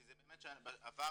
כי זה באמת עבר